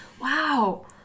wow